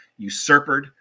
usurpered